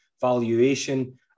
valuation